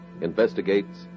investigates